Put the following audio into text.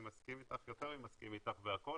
אני מסכים איתך ויותר ממסכים איתך בהכל,